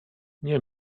nie